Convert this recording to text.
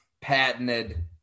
patented